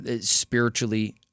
spiritually